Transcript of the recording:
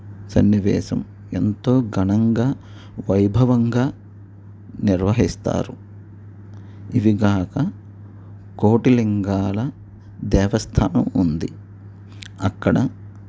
సన్నివేశం ఎంతో ఘనంగా వైభవంగా నిర్వహిస్తారు ఇవిగాక కోటిలింగాల దేవస్థానం ఉంది అక్కడ